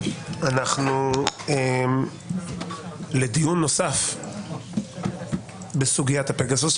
אנחנו בדיון נוסף בסוגיית פגסוס.